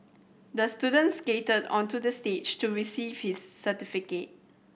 the student skated onto the stage to receive his certificate